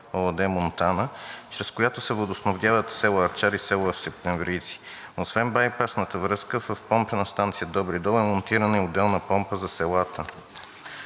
ООД – Монтана, чрез която се водоснабдяват село Арчар и село Септемврийци. Освен байпасната връзка в помпена станция „Добри дол“ е монтирана и отделна помпа за селата